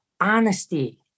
honesty